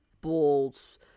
balls